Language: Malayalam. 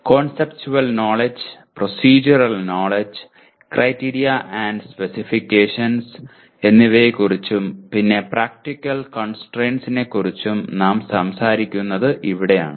conceptual knowledge procedural knowledge criteria and specifications എന്നിവയെക്കുറിച്ചും പിന്നെ പ്രാക്ടിക്കൽ കോൺസ്ട്രയിന്റ്സിനെക്കുറിച്ചും നാം സംസാരിക്കുന്നത് ഇവിടെയാണ്